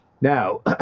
Now